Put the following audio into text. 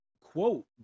quote